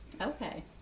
Okay